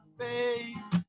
face